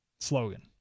slogan